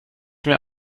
mehr